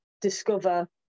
discover